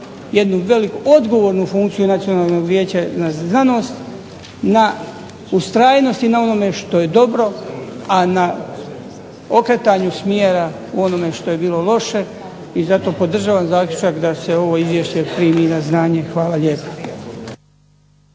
jednu veliku odgovornu funkciju Nacionalnog vijeća za znanost, na ustrajnosti na onome što je dobro, a na okretanju smjera u onome što je bilo loše, i zato podržavam zaključak da se ovo izvješće primi na znanje. Hvala lijepa.